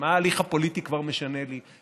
מה ההליך הפוליטי כבר משנה לי,